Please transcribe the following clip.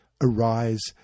Arise